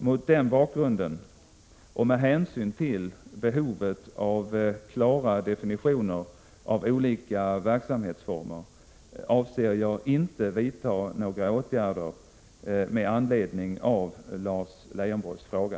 Mot den bakgrunden och med hänsyn till behovet av klara definitioner av olika verksamhetsformer avser jag inte att vidta några åtgärder med anledning av Lars Leijonborgs fråga.